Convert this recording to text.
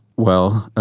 well,